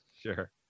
Sure